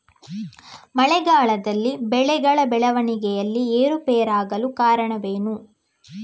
ಮಳೆಗಾಲದಲ್ಲಿ ಬೆಳೆಗಳ ಬೆಳವಣಿಗೆಯಲ್ಲಿ ಏರುಪೇರಾಗಲು ಕಾರಣವೇನು?